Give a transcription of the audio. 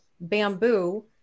bamboo